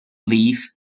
leaf